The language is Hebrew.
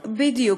בדיוק.